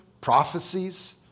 prophecies